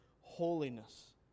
holiness